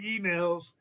emails